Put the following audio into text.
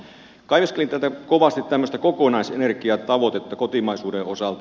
kaiveskelin kovasti tämmöistä kokonaisenergiatavoitetta kotimaisuuden osalta